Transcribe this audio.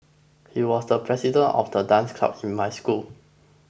he was the president of the dance club in my school